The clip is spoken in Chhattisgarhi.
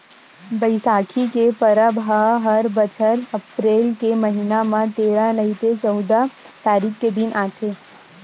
बइसाखी के परब ह हर बछर अपरेल के महिना म तेरा नइ ते चउदा तारीख के दिन आथे